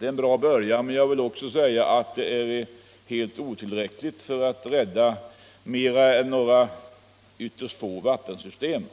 en bra början, men jag vill också säga att det är helt otillräckligt och inte kan rädda mer än ytterst få vattensystem.